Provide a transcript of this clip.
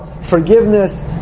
forgiveness